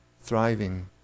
thriving